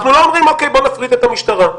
אנחנו לא אומרים אוקיי, בואו נפריט את המשטרה.